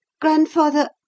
Grandfather